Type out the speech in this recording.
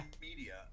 Media